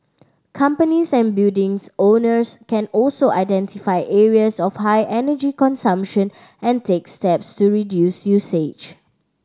companies and buildings owners can also identify areas of high energy consumption and take steps to reduce usage